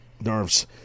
nerves